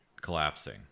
collapsing